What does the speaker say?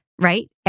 right